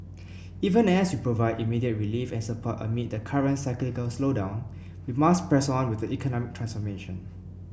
even as we provide immediate relief and support amid the current cyclical slowdown we must press on with economic transformation